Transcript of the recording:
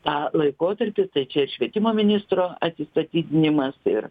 tą laikotarpį tai čia ir švietimo ministro atsistatydinimas ir